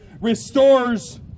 restores